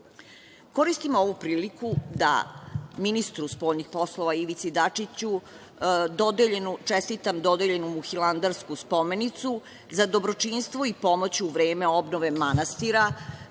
ovu priliku da ministru spoljnih poslova Ivici Dačiću čestitam dodeljenu mu Hilandarsku spomenicu za dobročinstvo i pomoć u vreme obnove manastira,